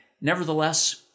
nevertheless